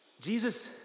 Jesus